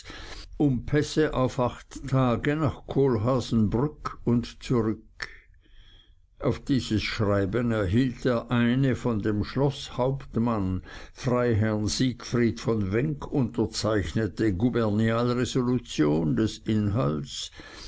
um pässe auf acht tage nach kohlhaasenbrück und zurück auf dieses schreiben erhielt er eine von dem schloßhauptmann freiherrn siegfried von wenk unterzeichnete gubernial resolution des inhalts